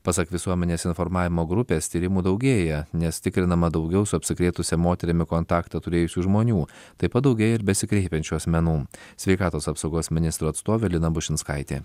pasak visuomenės informavimo grupės tyrimų daugėja nes tikrinama daugiau su apsikrėtusia moterimi kontaktą turėjusių žmonių taip padaugėjo besikreipiančių asmenų sveikatos apsaugos ministro atstovė lina bušinskaitė